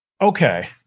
Okay